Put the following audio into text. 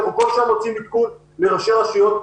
כל ראשי השלטון המקומי כל שנה מוציאים עדכון לראשי רשויות.